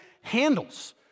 handles